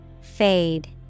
Fade